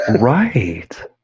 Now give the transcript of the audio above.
Right